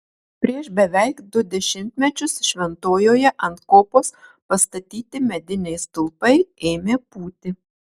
prieš beveik du dešimtmečius šventojoje ant kopos pastatyti mediniai stulpai ėmė pūti